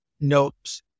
notes